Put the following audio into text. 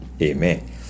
Amen